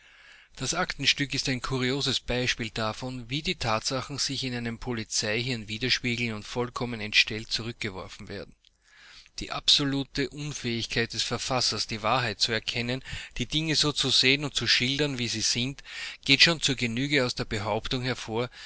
das aktenstück ist ein kurioses beispiel davon wie die tatsachen sich in einem polizeihirn spiegeln und vollkommen entstellt zurückgeworfen werden die absolute unfähigkeit des verfassers die wahrheit zu erkennen die dinge so zu sehen und zu schildern wie sie sind geht schon zur genüge aus der behauptung hervor